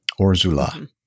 Orzula